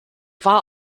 war